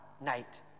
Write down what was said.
night